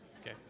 Okay